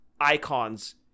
icons